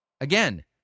Again